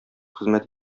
хезмәт